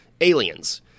aliens